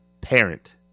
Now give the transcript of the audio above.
parent